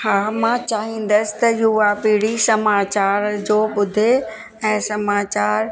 हा मां चाहींदसि त युवा पीड़ी समाचार जो ॿुधे ऐं समाचार